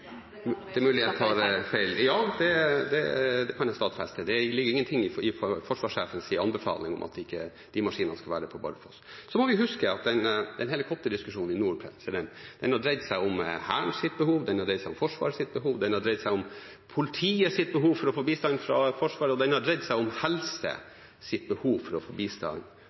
ikke de maskinene skal være på Bardufoss. Så må vi huske at helikopterdiskusjonen i nord har dreid seg om Hærens behov, den har dreid seg om Forsvarets behov, den har dreid seg om politiets behov for å få bistand fra Forsvaret, og den har dreid seg om helsevesenets behov for å få bistand